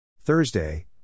Thursday